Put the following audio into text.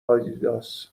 آدیداس